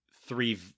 three